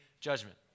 judgment